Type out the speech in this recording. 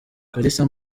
kalisa